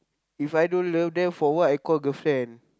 if I don't love then for what I call girlfriend